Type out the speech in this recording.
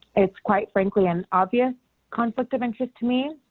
it's quite frankly, an obvious conflict of interest to me.